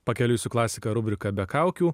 pakeliui su klasika rubrika be kaukių